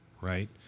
Right